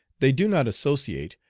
they do not associate,